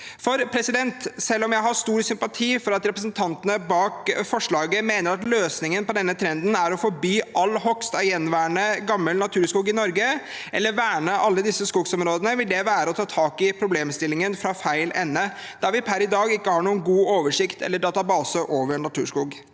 nå tar. Selv om jeg har stor sympati for at representantene bak forslaget mener at løsningen på denne trenden er å forby all hogst av gjenværende gammel naturskog i Nor ge eller verne alle disse skogsområdene, vil det være å ta tak i problemstillingen fra feil ende, da vi per i dag ikke har noen god oversikt eller database over naturskog.